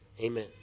Amen